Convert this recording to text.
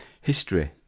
history